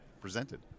presented